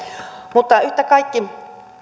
mutta yhtä kaikki